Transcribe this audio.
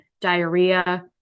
diarrhea